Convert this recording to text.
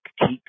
keep